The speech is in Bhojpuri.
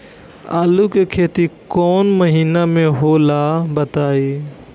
आलू के खेती कौन महीना में होला बताई?